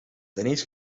tenéis